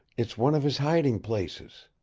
it's one of his hiding-places!